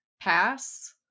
Pass